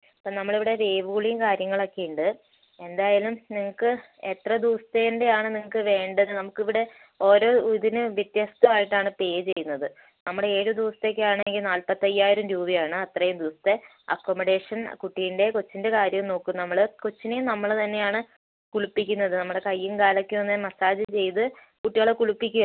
അപ്പോൾ നമ്മൾ ഇവിടെ വേവു കുളിയും കാര്യങ്ങളൊക്കെ ഉണ്ട് എന്തായാലും നിങ്ങൾക്ക് എത്ര ദിവസത്തേൻ്റെ ആണ് നിങ്ങൾക്ക് വേണ്ടത് നമുക്ക് ഇവിടെ ഓരോ ഇതിന് വ്യത്യസ്തമായിട്ട് ആണ് പേ ചെയ്യുന്നത് നമ്മുടെ ഏഴ് ദിവസത്തേക്ക് ആണെങ്കിൽ നാൽപത്തയ്യായിരം രൂപയാണ് അത്രയും ദിവസത്തെ അക്കോമഡേഷൻ കുട്ടീൻ്റെ കൊച്ചിൻ്റെ കാര്യവും നോക്കും നമ്മൾ കൊച്ചിനെയും നമ്മൾ തന്നെയാണ് കുളിപ്പിക്കുന്നത് നമ്മുടെ കൈയും കാലും ഒക്കെ ഒന്ന് മസാജ് ചെയ്ത് കുട്ടികളെ കുളിപ്പിക്കുമല്ലോ